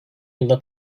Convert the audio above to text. yılda